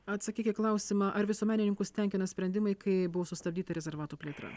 atsakyk į klausimą ar visuomenininkus tenkina sprendimai kai buvo sustabdyta rezervato plėtra